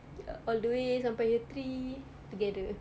uh all the way sampai year three together